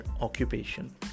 occupation